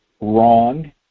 wrong